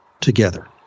together